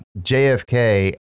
JFK